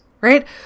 right